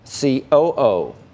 COO